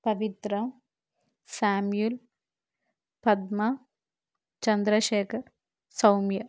Pavitra Samuel Padma Chandrashekar Soumya